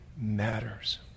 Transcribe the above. matters